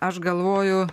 aš galvoju